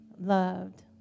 loved